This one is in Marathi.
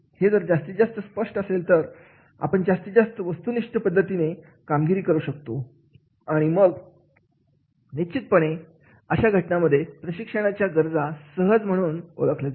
हे जर जास्तीत जास्त स्पष्ट असेल तर आपण जास्तीत जास्त वस्तुनिष्ठपणे कामगिरी करू शकतो आणि मग निश्चित पणे अशा घटनेमध्ये प्रशिक्षणाच्या गरजा सहज म्हणून ओळखल्या जातील